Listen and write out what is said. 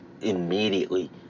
immediately